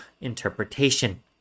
interpretation